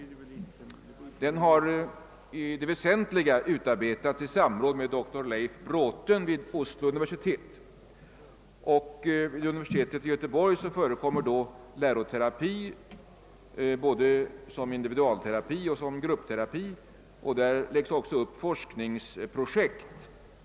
Planen har i det väsentliga utarbetats i samråd med doktor Leif J. Braaten vid Oslo universitet. Vad praktiken beträffar vill jag framhålla att läroterapi vid universitetet i Göteborg bedrivs både som individualterapi och som gruppterapi.